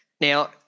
Now